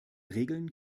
regeln